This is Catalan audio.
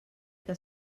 que